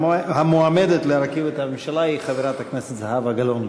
והמועמדת להרכיב את הממשלה היא חברת הכנסת זהבה גלאון,